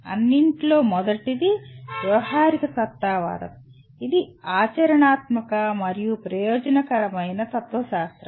అన్నింటిలో మొదటిది వ్యావహారికసత్తావాదం ఇది ఆచరణాత్మక మరియు ప్రయోజనకరమైన తత్వశాస్త్రం